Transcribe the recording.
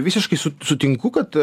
visiškai sutinku kad